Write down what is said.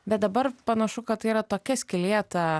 bet dabar panašu kad tai yra tokia skylėta